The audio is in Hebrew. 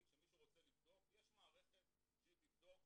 ומישהו רוצה לבדוק אז יש מערכת שהיא תבדוק,